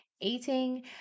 eating